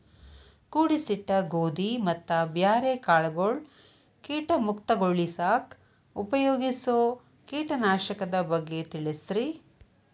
ಕೂಡಿಸಿಟ್ಟ ಗೋಧಿ ಮತ್ತ ಬ್ಯಾರೆ ಕಾಳಗೊಳ್ ಕೇಟ ಮುಕ್ತಗೋಳಿಸಾಕ್ ಉಪಯೋಗಿಸೋ ಕೇಟನಾಶಕದ ಬಗ್ಗೆ ತಿಳಸ್ರಿ